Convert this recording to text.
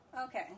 Okay